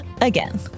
again